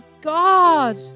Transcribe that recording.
God